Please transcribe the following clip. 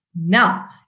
now